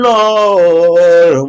Lord